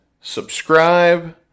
subscribe